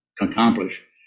accomplish